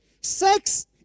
Sex